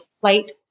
flight